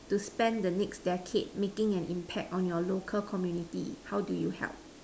to spend the next decade making an impact on your local community how do you help